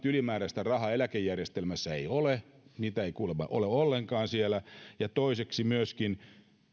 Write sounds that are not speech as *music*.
*unintelligible* ylimääräistä rahaa eläkejärjestelmässä ei ole sitä ei kuulemma ole ollenkaan siellä ja toiseksi myöskin että